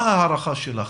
ההערכה שלך.